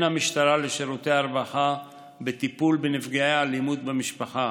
המשטרה לשירותי הרווחה בטיפול בנפגעי אלימות במשפחה,